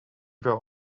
were